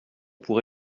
pour